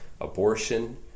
abortion